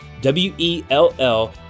W-E-L-L